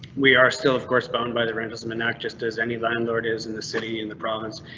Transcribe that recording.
we are still of course boned by the rentals um and act just as any landlord is in the city in the province,